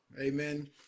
amen